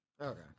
Okay